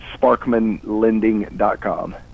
sparkmanlending.com